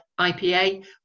IPA